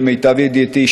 למיטב ידיעתי,